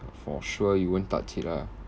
for sure you won't touch it lah